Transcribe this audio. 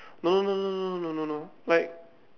no no no no no no no like